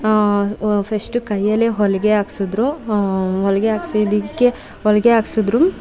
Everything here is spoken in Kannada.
ಫೆಸ್ಟು ಕೈಯಲ್ಲೇ ಹೊಲಿಗೆ ಹಾಕಿಸಿದ್ರು ಹೊಲ್ಗೆ ಹಾಕ್ಸಿದಕ್ಕೆ ಹೊಲ್ಗೆ ಹಾಕಿಸಿದ್ರು